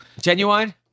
Genuine